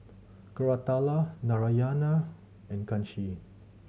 Koratala Narayana and Kanshi